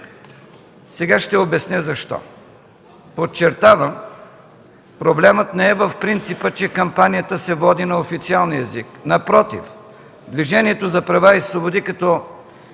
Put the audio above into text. Сега ще обясня защо. Подчертавам, проблемът не е в принципа, че кампанията се води на официалния език. Напротив, Движението за права и свободи като